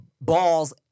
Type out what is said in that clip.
balls